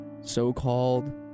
so-called